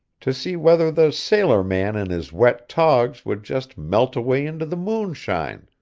to see whether the sailor-man in his wet togs would just melt away into the moonshine.